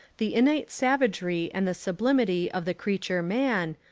the innate sav agery and the sublimity of the creature man,